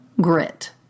grit